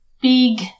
big